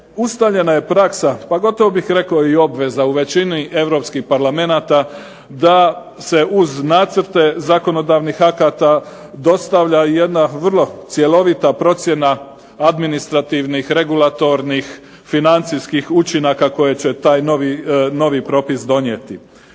ustaljena je praksa, pa gotovo bih rekao i obveza u većini europskih parlamenata da se uz nacrte zakonodavnih akata dostavlja jedna vrlo cjelovita procjena administrativnih, regulatornih, financijskih učinaka koje će taj novi propis donijeti.